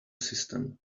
system